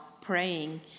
praying